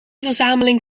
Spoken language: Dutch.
verzameling